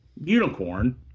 unicorn